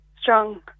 strong